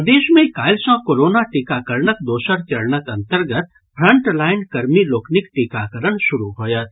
प्रदेश मे काल्हि सँ कोरोना टीकाकरणक दोसर चरणक अन्तर्गत फ्रंटलाईनकर्मी लोकनिक टीकाकरण शुरू होयत